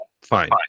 Fine